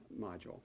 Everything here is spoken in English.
module